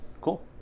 Cool